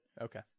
Okay